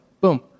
Boom